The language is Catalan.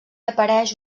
apareix